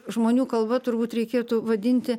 žmonių kalba turbūt reikėtų vadinti